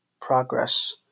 progress